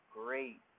great